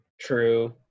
True